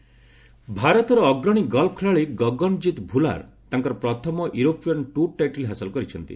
golf title ଭାରତର ଅଗ୍ରଣୀ golf ଖେଳାଳି ଗଗନଜିତ୍ ଭୁଲ୍ଲାର ତାଙ୍କର ପ୍ରଥମ ୟୁରୋପିୟନ୍ ଟୁର୍ ଟାଇଟଲ୍ ହାସଲ କରିଛନ୍ତି